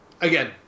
again